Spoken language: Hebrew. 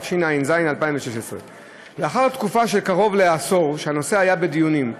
התשע"ז 2016. לאחר תקופה של קרוב לעשור שהנושא היה בדיונים,